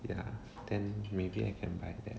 ya then maybe I can buy that